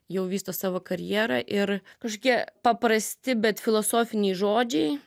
jau vysto savo karjerą ir kažkokie paprasti bet filosofiniai žodžiai